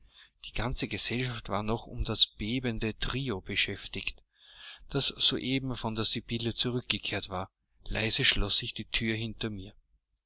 die ganze gesellschaft war noch um das bebende trio beschäftigt das soeben von der sibylle zurückgekehrt war leise schloß ich die thür hinter mir